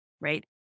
right